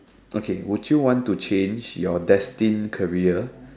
okay would you want to change your destined career